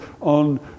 on